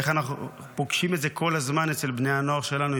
איך אנחנו פוגשים את זה כל הזמן אצל בני הנוער שלנו,